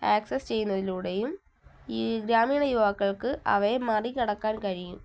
access ചെയ്യുന്നതിലൂടെയും ഈ ഗ്രാമീണ യുവാക്കൾക്ക് അവയെ മറികടക്കാൻ കഴിയും